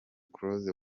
close